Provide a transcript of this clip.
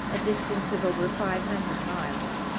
a distance of over five hundred miles,